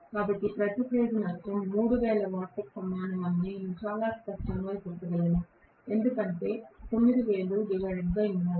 కాబట్టి ప్రతి ఫేజ్ నష్టం 3000 వాట్లకు సమానం అని నేను చాలా స్పష్టంగా చెప్పగలను ఎందుకంటే 90003